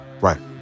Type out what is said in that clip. Right